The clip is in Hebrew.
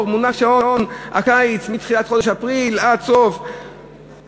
מופעל שעון קיץ מתחילת חודש אפריל עד סוף אוקטובר,